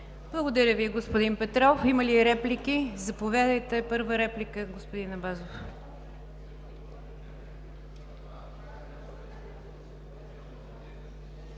Благодаря Ви, господин Петров. Има ли реплики? Заповядайте за първа реплика, господин Абазов.